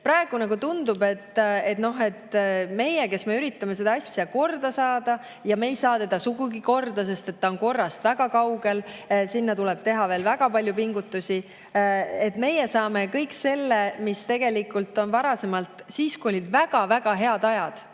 praegu nagu tundub, et meie, kes me üritame seda asja korda saada … Ja me ei saa seda sugugi korda, see on korrast väga kaugel. Selle jaoks tuleb teha veel väga palju pingutusi. Meie saame kõik selle, mis tegelikult on varasemalt … Siis kui olid väga-väga head ajad,